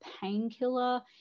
painkiller